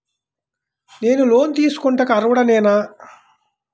నేను లోన్ తీసుకొనుటకు అర్హుడనేన?